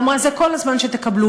ואמרה: זה כל הזמן שתקבלו,